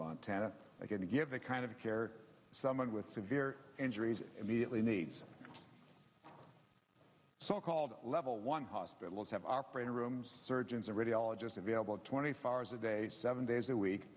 montana i can give that kind of care someone with severe injuries immediately needs so called level one hospitals have operating rooms surgeons or radiologist available twenty four hours a day seven days a week